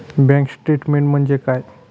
Bank statement म्हणजे काय?